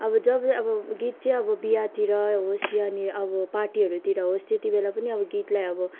अब जब अब गीत चाहिँ अब बिहातिर होस् यानि अब पार्टीहरूतिर होस् त्यति बेला पनि अब गीतलाई अब